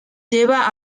lleva